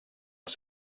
els